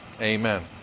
Amen